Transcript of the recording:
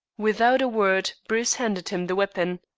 without a word, bruce handed him the weapon.